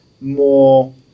more